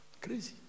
Crazy